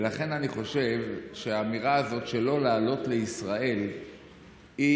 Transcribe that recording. ולכן אני חושב שהאמירה הזאת שלא לעלות לישראל היא